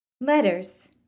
letters